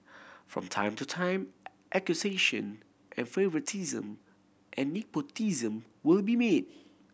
from time to time accusation of favouritism and nepotism will be made